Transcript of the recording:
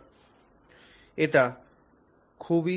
সুতরাং এটি